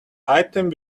items